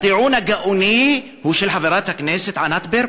הטיעון הגאוני הוא של חברת הכנסת ענת ברקו,